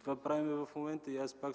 Това правим в момента. Това,